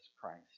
Christ